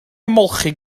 ymolchi